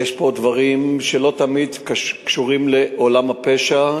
יש פה דברים שלא תמיד קשורים לעולם הפשע,